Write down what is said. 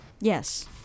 Yes